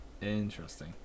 Interesting